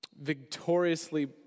victoriously